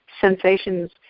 sensations